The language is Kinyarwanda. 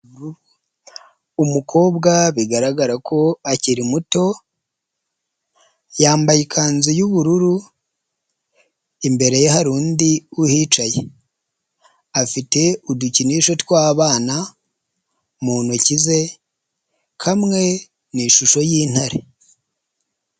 Umukobwa bigaragara ko akiri muto, yambaye ikanzu yubururu, imbere ye hari undi uhicaye, afite udukinisho tw'abana, mu ntoki ze, kamwe ni ishusho y'intare